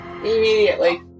Immediately